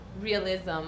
realism